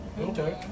Okay